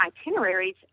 itineraries